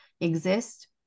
exist